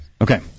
Okay